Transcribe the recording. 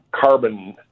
carbon